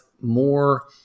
more